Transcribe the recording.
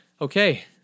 Okay